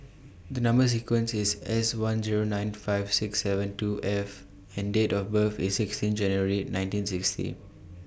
The Number sequence IS S one Zero nine five six seven two F and Date of birth IS sixteen January nineteen sixty